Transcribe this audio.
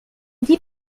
dit